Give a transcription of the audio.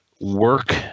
work